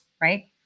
right